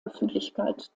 öffentlichkeit